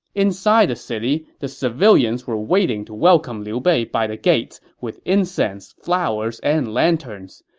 inside the city, the civilians were waiting to welcome liu bei by the gates with incense, flowers, and lanterns.